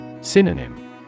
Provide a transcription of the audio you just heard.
Synonym